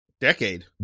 decade